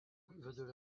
vidurio